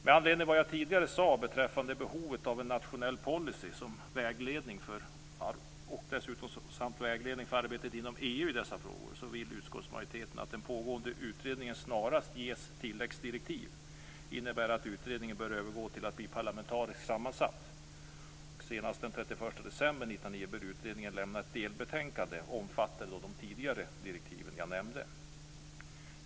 Med anledning av vad jag tidigare sade beträffande behovet av en nationell policy samt vägledning för arbetet inom EU i dessa frågor, så vill utskottsmajoriteten att den pågående utredningen snarast ges tilläggsdirektiv. Det innebär att utredningen bör övergå till att bli parlamentariskt sammansatt. Senast den 31 december 1999 bör utredningen lämna ett delbetänkande omfattande de tidigare direktiv jag nämnde.